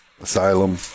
Asylum